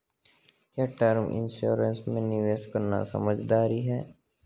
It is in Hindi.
क्या टर्म इंश्योरेंस में निवेश करना समझदारी है?